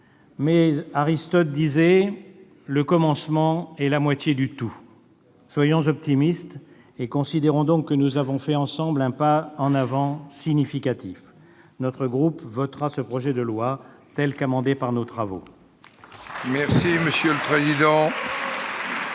mais Aristote disait que « le commencement est la moitié du tout ». Soyons optimistes, et considérons donc que nous avons ensemble fait un pas en avant significatif. Notre groupe votera ce projet de loi tel qu'amendé par nos travaux. La parole est